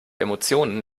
emotionen